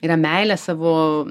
yra meilė savo